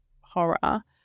horror